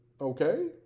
okay